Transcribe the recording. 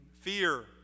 Fear